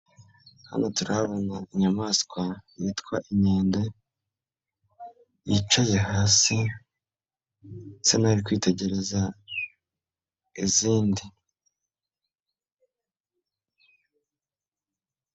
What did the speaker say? Hano turahabona inyamaswa yitwa inkende, yicaye hasi isa naho kwitegereza izindi.